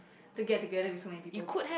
to get together with so many people but